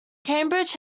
cambridge